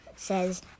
says